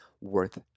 worth